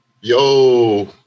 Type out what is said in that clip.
Yo